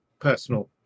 personal